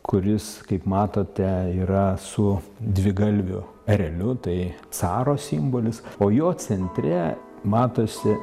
kuris kaip matote yra su dvigalviu ereliu tai caro simbolis o jo centre matosi